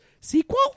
Sequel